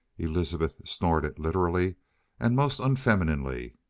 elizabeth snorted literally and most unfemininely.